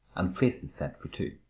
and places set for two.